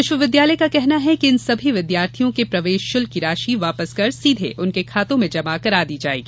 विश्वविद्यालय का कहना है कि इन सभी विद्यार्थियों के प्रवेश शुल्क की राशि वापस कर सीधे उनके खातों में जमा करा दी जायेगी